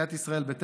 סיעת ישראל ביתנו,